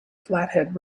flathead